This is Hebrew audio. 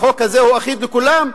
החוק הזה אחיד לכולם.